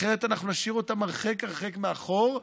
אחרת אנחנו נשאיר אותם הרחק הרחק מאחור,